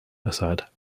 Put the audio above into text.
assad